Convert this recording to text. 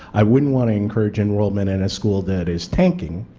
i wouldn't want to encourage enrollment in a school that is tanking.